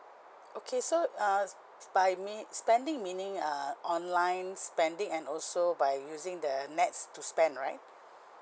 okay so uh by me spending meaning err online spending and also by using the NETS to spend right